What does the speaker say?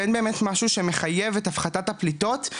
ואין באמת משהו שמחייב את הפחתת הפליטות,